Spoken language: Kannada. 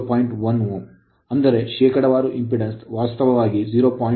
1 Ω ಅಂದರೆ ಶೇಕಡಾವಾರು ಇಂಪೆಡಾನ್ಸ್ ವಾಸ್ತವವಾಗಿ 0